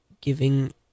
giving